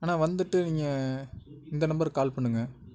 அண்ணா வந்துட்டு நீங்கள் இந்த நம்பருக்கு கால் பண்ணுங்கள்